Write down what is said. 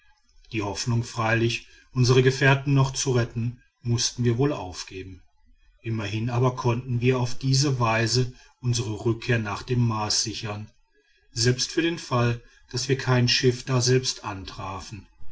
die hoffnung freilich unsre gefährten noch zu retten mußten wir wohl aufgeben immerhin aber konnten wir auf diese weise unsre rückkehr nach dem mars sichern selbst für den fall daß wir kein schiff daselbst antrafen